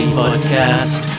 podcast